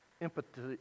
Empathy